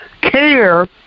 care